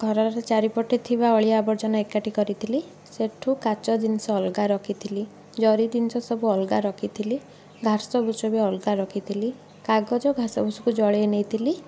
ଘରର ଚାରିପଟେ ଥିବା ଅଳିଆ ଆବର୍ଜନା ଏକାଠି କରିଥିଲି ସେଠୁ କାଚ ଜିନିଷ ଅଲଗା ରଖିଥିଲି ଜରି ଜିନିଷ ସବୁ ଅଲଗା ରଖିଥିଲି ଘାସବୁସ ବି ଅଲଗା ରଖିଥିଲି କାଗଜ ଘାସବୁସକୁ ଜଳେଇ ନେଇଥିଲି